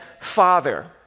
father